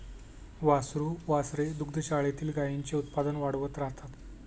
वासरू वासरे दुग्धशाळेतील गाईंचे उत्पादन वाढवत राहतात